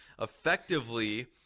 Effectively